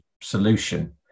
solution